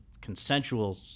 consensual